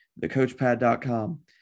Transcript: thecoachpad.com